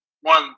One